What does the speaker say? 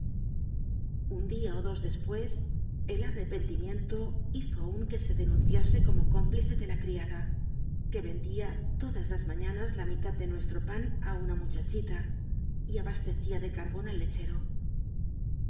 un dia ó dos dcspucs el ai'i'cpcntimicnlo hizo aun que se denunciase como cómplice de la criada que vend ia todas las maiíanas la mitad dt nuestro pan á una muchachita y abastecía de carbon al leche